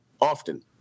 often